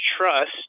trust